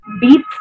beats